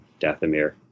Dathomir